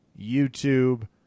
YouTube